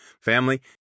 Family